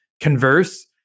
converse